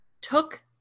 took